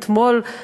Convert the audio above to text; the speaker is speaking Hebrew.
אתמול,